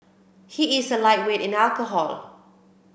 he is a lightweight in alcohol